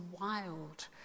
wild